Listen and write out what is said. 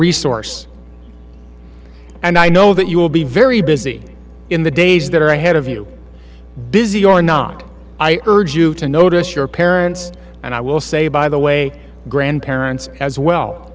resource and i know that you will be very busy in the days that are ahead of you busy or not i urge you to notice your parents and i will say by the way grandparents as well